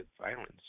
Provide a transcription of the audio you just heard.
violence